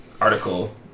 article